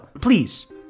please